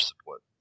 support